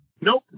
nope